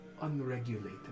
unregulated